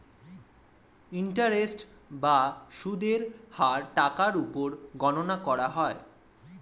interest বা সুদের হার টাকার উপর গণনা করা হয়